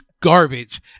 garbage